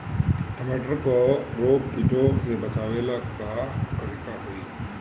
टमाटर को रोग कीटो से बचावेला का करेके होई?